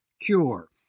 cure